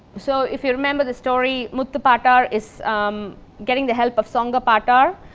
so if you remember the story, muthu pattar is getting the help of songa pattar